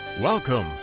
Welcome